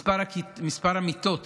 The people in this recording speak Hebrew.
המיטות